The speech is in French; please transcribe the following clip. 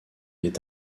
est